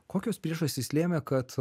kokios priežastys lėmė kad